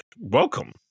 welcome